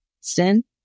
sin